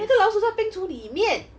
那个老鼠在冰厨里面